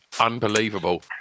unbelievable